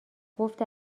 گفت